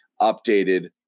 updated